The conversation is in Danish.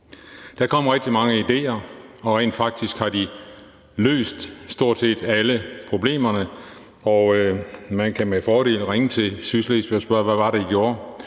Der kom rigtig mange idéer, og rent faktisk har de løst stort set alle problemerne, og man kan med fordel ringe til Sydslesvig og spørge, hvad det var, de gjorde,